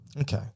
Okay